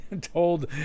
told